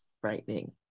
Frightening